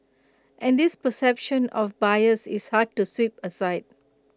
and this perception of bias is hard to sweep aside